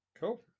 cool